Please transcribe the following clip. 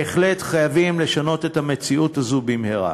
בהחלט, חייבים לשנות את המציאות הזאת במהרה.